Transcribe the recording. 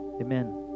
Amen